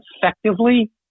effectively